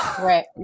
Right